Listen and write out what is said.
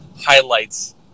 highlights